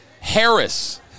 Harris